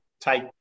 take